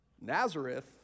Nazareth